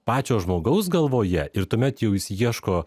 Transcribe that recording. pačio žmogaus galvoje ir tuomet jau jis ieško